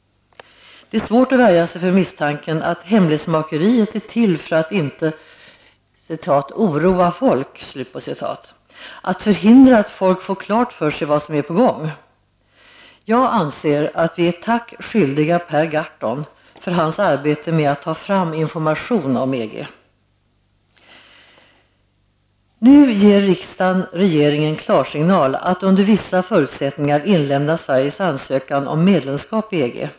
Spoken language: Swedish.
Det är svårt att värja sig för misstanken att hemlighetsmakeriet är till för att inte ''oroa folk'' och att förhindra att människor får klart för sig vad som är på gång. Jag anser att vi är tack skyldiga Per Gahrton för hans arbete att ta fram information om Nu ger riksdagen regeringen klarsignal att under vissa förutsättningar inlämna Sveriges ansökan om medlemskap i EG.